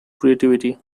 creativity